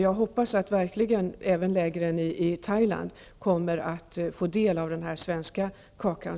Jag hoppas verkligen att även lägren i Thailand i det sammanhanget kommer att få del av den svenska kakan.